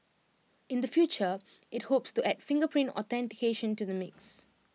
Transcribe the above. in the future IT hopes to add fingerprint authentication to the mix